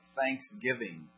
thanksgiving